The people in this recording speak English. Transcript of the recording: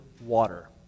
water